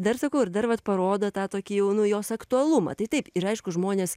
dar sakau ir dar vat parodo tą tokį jau nu jos aktualumą tai taip ir aišku žmonės